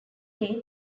day